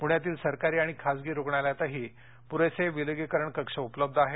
पुण्यातील सरकारी आणि खासगी रुग्णालयातही पुरेसे विलगीकरण कक्ष उपलब्ध आहेत